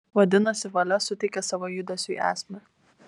vadinasi valia suteikia savo judesiui esmę